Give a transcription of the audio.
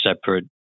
separate